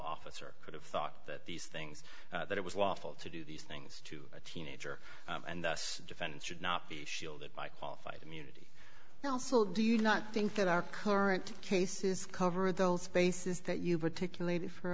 officer could have thought that these things that it was lawful to do these things to a teenager and this defendant should not be shielded by qualified immunity also do you not think that our current case is cover those bases that you particularly